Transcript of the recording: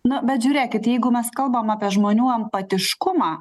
na bet žiūrėkit jeigu mes kalbam apie žmonių empatiškumą